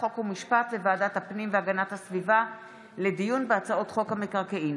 חוק ומשפט וועדת הפנים והגנת הסביבה לדיון בהצעות חוק המקרקעין.